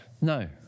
no